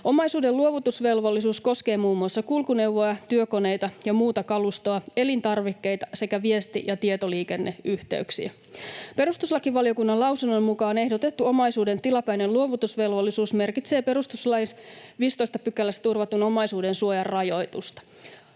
Omaisuuden luovutusvelvollisuus koskee muun muassa kulkuneuvoja, työkoneita ja muuta kalustoa, elintarvikkeita sekä viesti- ja tietoliikenneyhteyksiä. Perustuslakivaliokunnan lausunnon mukaan ehdotettu omaisuuden tilapäinen luovutusvelvollisuus merkitsee perustuslain 15 §:ssä turvatun omaisuudensuojan rajoitusta.